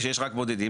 שיש רק בודדים.